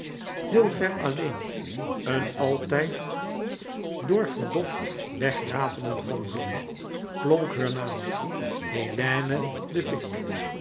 heel ver alleen een altijd door verdofd wegratelen van wielen klonk heur naam hélène de vicq